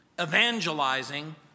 Evangelizing